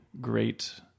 great